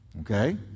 Okay